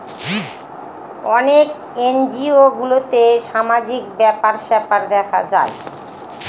অনেক এনজিও গুলোতে সামাজিক ব্যাপার স্যাপার দেখা হয়